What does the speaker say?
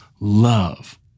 love